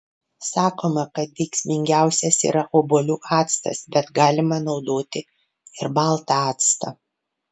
sakoma kad veiksmingiausias yra obuolių actas bet galima naudoti ir baltą actą